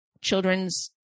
children's